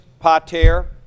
pater